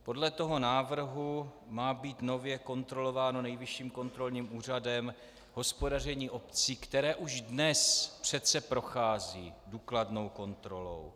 Podle návrhu má být nově kontrolováno Nejvyšším kontrolním úřadem hospodaření obcí, které už dnes přece prochází důkladnou kontrolou.